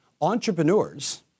Entrepreneurs